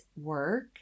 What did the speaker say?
work